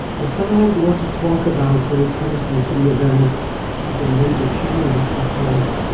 decide what to talk about when it comes to the city of venice is a major challenge because,